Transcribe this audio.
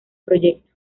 proyecto